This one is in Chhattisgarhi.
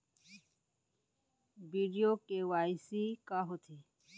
वीडियो के.वाई.सी का होथे